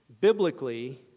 Biblically